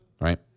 right